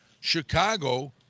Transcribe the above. Chicago